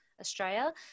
Australia